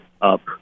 up